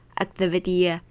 activity